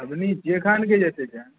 আপনি যেখানে যেতে চান